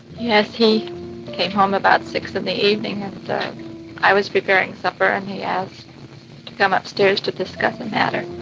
yes. he came home about six in the evening, and i was preparing supper, and um he asked to come upstairs to discuss a matter.